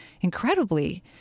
incredibly